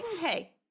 Hey